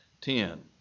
ten